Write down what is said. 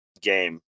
game